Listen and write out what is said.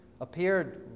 appeared